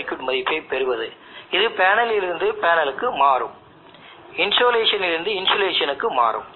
ISC என்பது குறுகிய சுற்று மின்னோட்டமாகும் இது இன்சுலேஷனைப் பொறுத்து மாறுபடும்